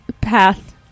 Path